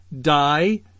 die